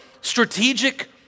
strategic